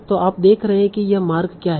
तो आप देख रहे हैं यह मार्ग क्या है